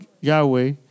Yahweh